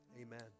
Amen